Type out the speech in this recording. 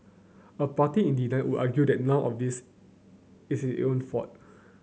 a party in denial would argue that none of this is it own fault